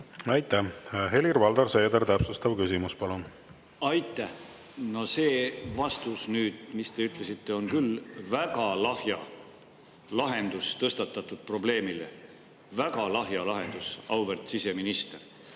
Aitäh! Helir-Valdor Seeder, täpsustav küsimus, palun! Aitäh! See vastus, mis te ütlesite, on küll väga lahja lahendus tõstatatud probleemile. Väga lahja lahendus, auväärt siseminister! Aga